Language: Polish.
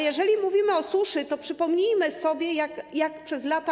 Jeżeli mówimy o suszy, to przypomnijmy sobie, jak bywało przez lata.